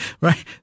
Right